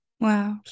Wow